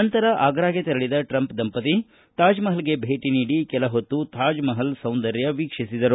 ನಂತರ ಆಗ್ರಾಗೆ ತೆರಳಿದ ಟ್ರಂಪ್ ದಂಪತಿ ತಾಜ್ಮಹಲ್ಗೆ ಭೇಟ ನೀಡಿ ಕೆಲ ಹೊತ್ತು ತಾಜ್ಮಹಲ್ ಸೌಂದರ್ಯ ವೀಕ್ಷಿಸಿದರು